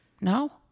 no